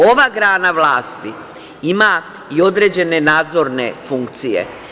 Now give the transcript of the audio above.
Ova grana vlasti ima i određene nadzorne funkcije.